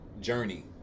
journey